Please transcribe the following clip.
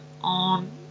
on